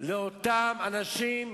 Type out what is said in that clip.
לאותם אנשים